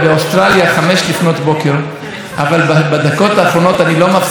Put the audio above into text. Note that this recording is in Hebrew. האחרונות אני לא מפסיק לקבל הודעות מחברים שלי מאוסטרליה.